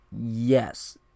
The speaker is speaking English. yes